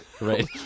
Right